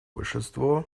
большинство